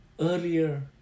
earlier